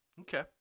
Okay